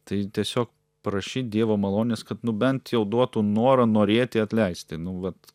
tai tiesiog prašyt dievo malonės kad nu bent jau duotų norą norėti atleisti nu vat